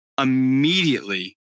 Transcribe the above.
immediately